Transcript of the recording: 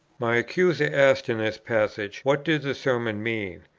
my accuser asked in this passage what did the sermon mean,